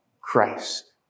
Christ